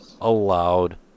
allowed